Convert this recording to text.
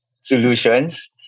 Solutions